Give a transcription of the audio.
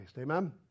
Amen